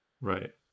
Right